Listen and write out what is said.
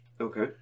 Okay